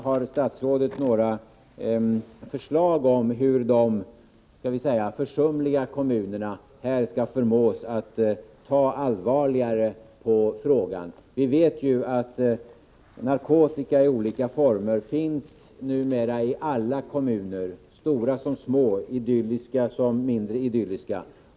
Har statsrådet några förslag om hur de försumliga kommunerna skall förmås att ta allvarligare på frågan? Vi vet ju att narkotika i olika former numera finns i alla kommuner, stora som små, idylliska som mindre idylliska.